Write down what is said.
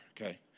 okay